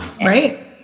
Right